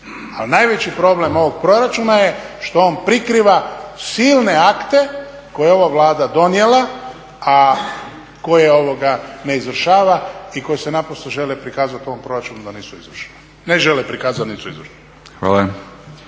Ali najveći problem ovog proračuna je što on prikriva silne akte koje je ova Vlada donijela, a koje ne izvršava i koji se naprosto žele prikazati u ovom proračunu da nisu izvršena. Ne žele prikazati, niti su izvršena.